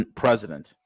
president